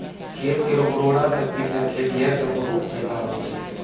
खेत केरो उर्वरा शक्ति सें खेतिहर क बहुत फैदा होय छै